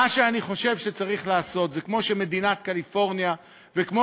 מה שאני חושב שצריך לעשות זה כמו שמדינת קליפורניה וכמו